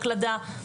הקלדה,